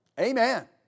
Amen